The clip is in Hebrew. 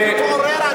תתעורר,